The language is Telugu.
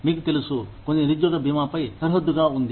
మీకు తెలుసు కొన్ని నిరుద్యోగ బీమాపై సరిహద్దుగా ఉంది